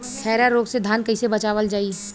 खैरा रोग से धान कईसे बचावल जाई?